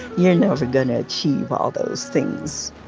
you're never going to achieve all those things.